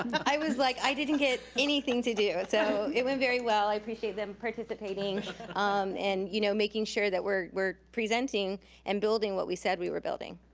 i was like, i didn't get anything to do. it so it went very well. i appreciate them participating um and you know making sure that we're presenting and building what we said we were building.